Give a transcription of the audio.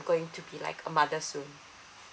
going to be like a mother soon